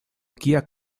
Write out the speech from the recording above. kia